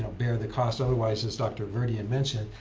ah bear the cost. otherwise as dr. gerde had mentioned,